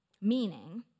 meaning